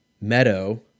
meadow